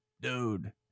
dude